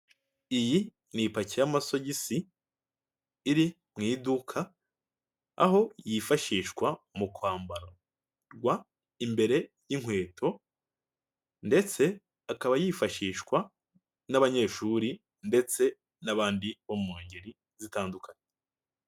Iyi ni ipaki y'amasogisi iri mu iduka aho yifashishwa mu kwambarwa imbere y'inkweto ndetse akaba yifashishwa n'abanyeshuri ndetse n'abandi bo mu ngeri zitandukanye.